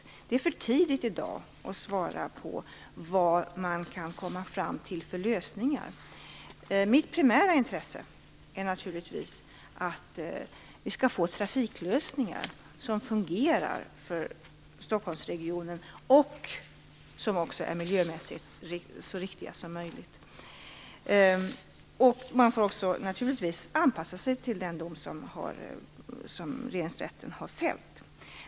Det är för tidigt att i dag svara på vad man kan komma fram till för lösningar. Mitt primära intresse är naturligtvis att vi skall få trafiklösningar som fungerar för Stockholmsregionen och som också miljömässigt är så riktiga som möjligt. Man får naturligtvis också anpassa sig till den dom som Regeringsrätten har fällt.